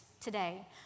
today